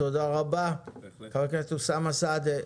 תודה רבה, חבר הכנסת אוסאמה סעדי.